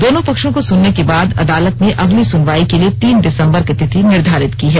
दोनों पक्षों को सुनने के बाद अदालत ने अगली सुनवाई के लिए तीन दिसंबर की तिथि निर्धारित की है